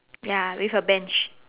ya with a bench